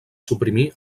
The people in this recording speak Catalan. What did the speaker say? suprimir